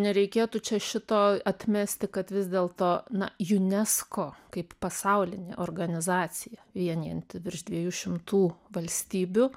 nereikėtų čia šito atmesti kad vis dėlto na unesco kaip pasaulinė organizacija vienijanti virš dviejų šimtų valstybių